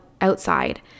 outside